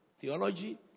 Theology